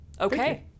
Okay